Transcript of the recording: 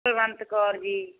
ਕੁਲਵੰਤ ਕੌਰ ਜੀ